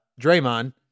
Draymond